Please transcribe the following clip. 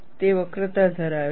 તે વક્રતા ધરાવે છે